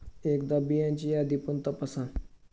एकदा बियांची यादी पण तपासा